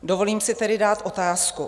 Dovolím si tedy dát otázku.